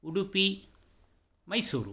Udupi Mysuru